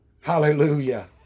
Hallelujah